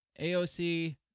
AOC